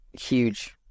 huge